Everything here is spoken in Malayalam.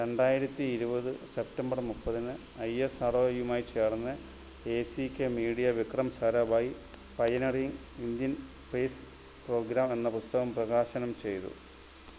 രണ്ടായിരത്തി ഇരുപത് സെപ്റ്റംബർ മുപ്പതിന് ഐ എസ് ആർ ഒയുമായി ചേർന്ന് A C K media Vikram Sarabhai pioneering Indian space programme എന്ന പുസ്തകം പ്രകാശനം ചെയ്തു